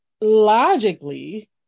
logically